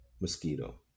mosquito